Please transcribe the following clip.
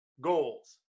goals